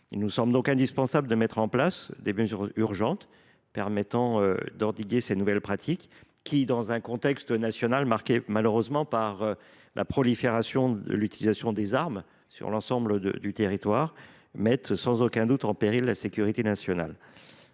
Il nous semble donc indispensable de mettre en place des mesures urgentes permettant d’endiguer ces nouvelles pratiques, qui, dans un contexte national marqué malheureusement par la prolifération des armes sur l’ensemble du territoire et leur utilisation croissante, mettent sans aucun doute en péril la sécurité nationale.